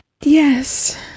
Yes